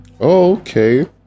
okay